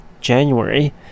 january